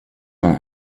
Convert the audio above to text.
man